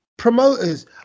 Promoters